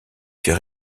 fait